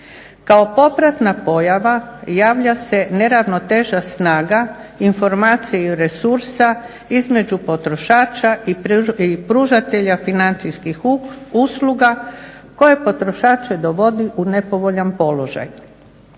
Kao popratna pojava javlja se neravnoteža snaga informacija i resursa između potrošača i pružatelja financijskih usluga koje potrošače dovodi u nepovoljan položaj.